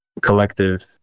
collective